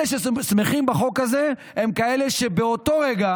אלה ששמחים בחוק הזה הם כאלה שבאותו רגע